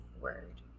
word